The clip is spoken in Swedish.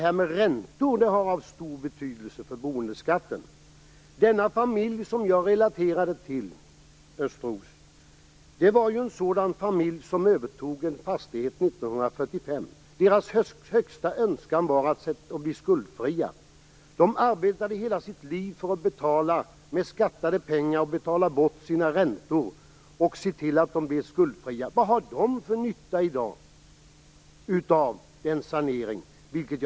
Räntorna har stor betydelse för boendeskatten. Den familj som jag relaterade till, Östros, övertog en fastighet 1945. Deras högsta önskan var att bli skuldfria. De arbetade hela sitt liv för att med skattade pengar betala bort sina räntor och se till att de blev skuldfria. Vad har de för nytta av saneringen i dag?